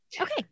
Okay